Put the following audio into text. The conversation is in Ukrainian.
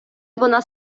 вона